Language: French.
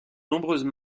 nombreuses